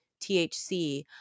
THC